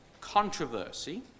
controversy